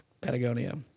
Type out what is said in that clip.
Patagonia